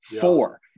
Four